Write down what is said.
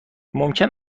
ممکن